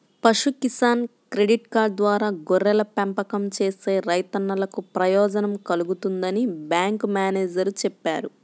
పశు Kisan credit card ద్వారా గొర్రెల పెంపకం చేసే రైతన్నలకు ప్రయోజనం కల్గుతుందని బ్యాంకు మేనేజేరు చెప్పారు